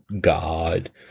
God